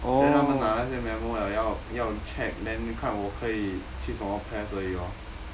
then 他们拿那些 memo 了要要 check then 看我可以去什么 PES 而已哦